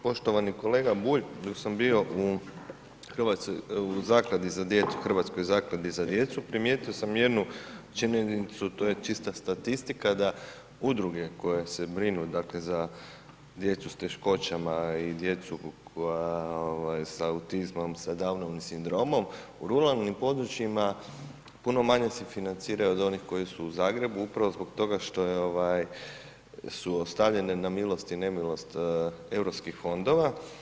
Poštovani kolega Bulj, dok sam bio u zakladi za djecu, hrvatskoj zakladi za djecu primijetio sam jednu činjenicu, to je čista statistika da udruge koje se brinu dakle za djecu s teškoćama i djecu koja sa autizmom, sa Down sindromom u ruralnim područjima puno manje se financiraju od onih koji su u Zagrebu upravo zbog toga što su ostavljene na milost i nemilost europskih fondova.